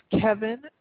Kevin